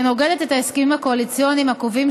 ונוגדת את ההסכמים הקואליציוניים הקובעים